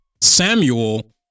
Samuel